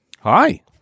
Hi